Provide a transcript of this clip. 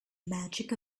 magic